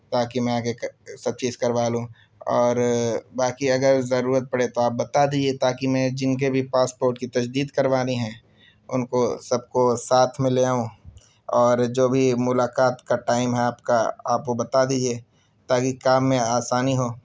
تاکہ میں آ کے سب چیز کروا لوں اور باقی اگر ضرورت پڑے تو آپ بتا دیجیے تاکہ میں جن کے بھی پاسپوٹ کی تجدید کروانی ہے ان کو سب کو ساتھ میں لے آؤں اور جو بھی ملاقات کا ٹائم ہے آپ کا آپ وہ بتا دیجیے تاکہ کام میں آسانی ہو